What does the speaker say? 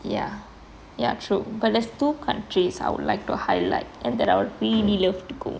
ya ya true but there's two countries I would like to highlight and that I would really love to go